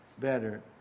better